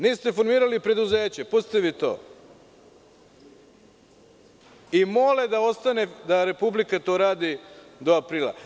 Niste formirali preduzeće, pustite vi to, i mole da ostane da Republika to radi do aprila.